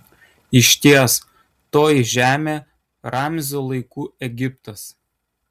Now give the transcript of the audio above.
išties toji žemė ramzio laikų egiptas